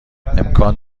امکان